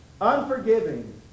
unforgiving